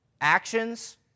Actions